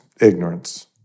ignorance